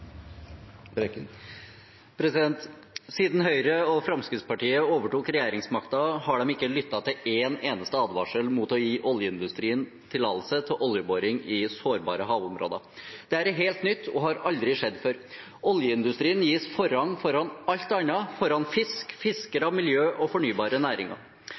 Haltbrekken. Siden Høyre og Fremskrittspartiet overtok regjeringsmakten, har de ikke lyttet til en eneste advarsel mot å gi oljeindustrien tillatelse til oljeboring i sårbare havområder. Dette er helt nytt og har aldri skjedd før. Oljeindustrien gis forrang foran alt annet, foran fisk, fiskere, miljø og fornybare næringer.